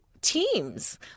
teams